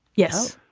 yes.